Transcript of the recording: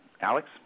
Alex